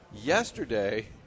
yesterday